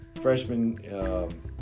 freshman